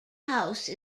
house